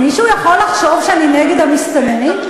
מישהו יכול לחשוב שאני נגד המסתננים?